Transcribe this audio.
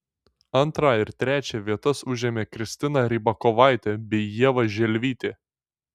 antrą ir trečią vietas užėmė kristina rybakovaitė bei ieva želvytė